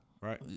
Right